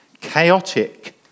Chaotic